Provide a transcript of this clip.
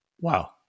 Wow